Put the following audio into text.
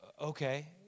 Okay